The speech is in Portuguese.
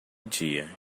dia